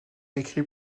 écrit